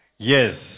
Yes